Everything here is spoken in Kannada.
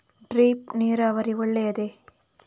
ಡ್ರಿಪ್ ನೀರಾವರಿ ಒಳ್ಳೆಯದೇ?